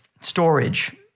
storage